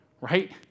right